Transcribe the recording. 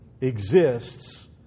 exists